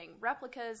replicas